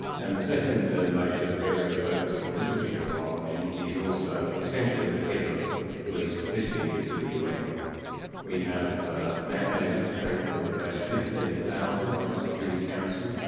and the second major area of focus for this particular role i'm in, is also essentially the head of police peacekeeping for the un. we have ah mandated strength of about fifteen thousand by the security council,